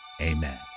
Amen